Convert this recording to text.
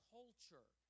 Culture